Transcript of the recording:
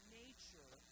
nature